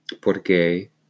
Porque